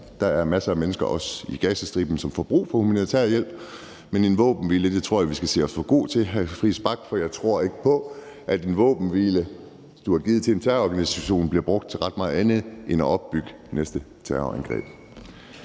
Der er masser af mennesker, også i Gazastriben, som får brug for humanitær hjælp. Men en våbenhvile tror jeg vi skal holde os for gode til, hr. Christian Friis Bach, for jeg tror ikke på, at en våbenhvile, du har givet til en terrororganisation, bliver brugt til ret meget andet end at opbygge næste terrorangreb.